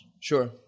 Sure